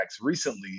recently